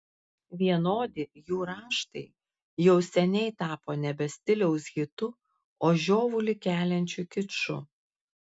vienodi jų raštai jau seniai tapo nebe stiliaus hitu o žiovulį keliančiu kiču